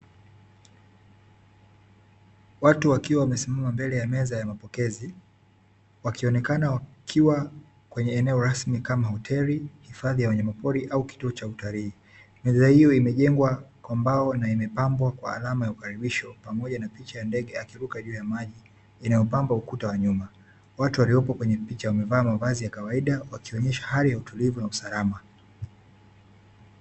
Watu wakiwa wamesimama mbele ya meza ya mapokezi wakionekana wakiwa kwenye eneo rasmi kama hoteli, hifadhi ya wanyama pori au kituo cha utalii. Meza hiyo imejengwa kwa mbao na imepambwa kwa alama ya ukaribisho pamoja na picha ya ndege akiruka juu ya maji inayopamba ukuta wa nyumba. Watu waliopo kwenye picha wamevaa mavazi ya kawaida, wakionyesha hali ya utulivu na usalama.